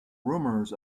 rumors